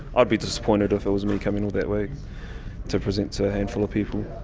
i'd be disappointed if it was me, coming all that way to present to a handful of people.